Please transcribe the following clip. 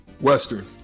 Western